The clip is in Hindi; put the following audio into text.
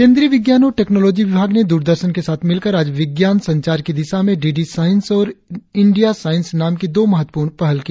केंद्रीय विज्ञान और टेक्नोलोजी विभाग ने द्ररदर्शन के साथ मिलकर आज विज्ञान संचार की दिशा में डी डी साइंस और इंडिया साइंस नाम की दो महत्वपूर्ण पहल की